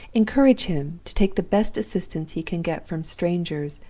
encourage him to take the best assistance he can get from strangers,